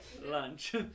lunch